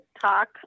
talk